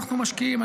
אנחנו משקיעים,